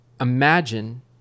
Imagine